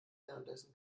währenddessen